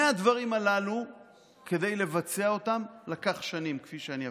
לבצע את שני הדברים הללו לקח שנים, כפי שאפרט.